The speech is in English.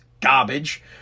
Garbage